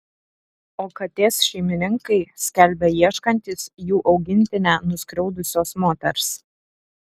o katės šeimininkai skelbia ieškantys jų augintinę nuskriaudusios moters